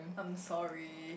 um sorry